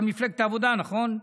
אתה ממפלגת העבודה, נכון?